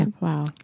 Wow